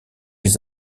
les